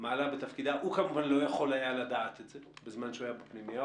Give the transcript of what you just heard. הוא כמובן לא יכול היה לדעת את זה בזמן שהיה בפנימייה,